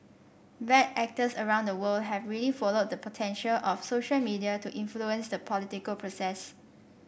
bad actors around the world have really followed the potential of social media to influence the political process